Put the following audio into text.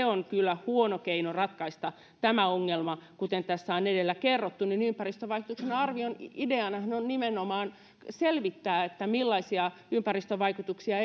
on kyllä huono keino ratkaista tämä ongelma kuten tässä on edellä kerrottu ympäristövaikutuksen arvion ideanahan on nimenomaan selvittää millaisia ympäristövaikutuksia